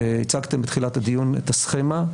הצגתם בתחילת הדיון את הסכמה,